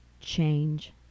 change